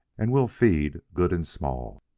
and we'll feed good and small.